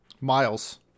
Miles